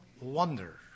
wonder